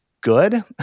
good